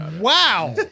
wow